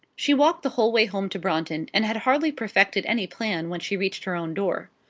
she walked the whole way home to brompton, and had hardly perfected any plan when she reached her own door.